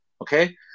okay